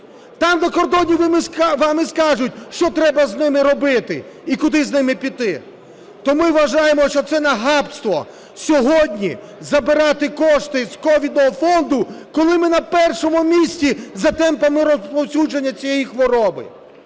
Там, на кордоні, вам і скажуть, що треба з ними робити і куди з ними піти. То ми вважаємо, що це нахабство сьогодні забирати кошти з ковідного фонду, коли ми на першому місці за темпами розповсюдження цієї хвороби.